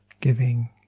giving